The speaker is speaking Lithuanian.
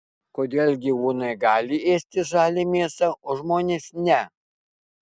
kodėl gyvūnai gali ėsti žalią mėsą o žmonės ne